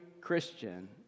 Christian